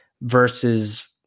versus